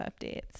updates